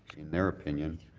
in their opinion,